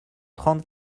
trente